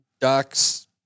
ducks